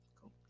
Cool